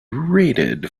rated